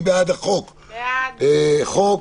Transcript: אני מעלה את הצעת החוק להצבעה, מי בעד החוק חוק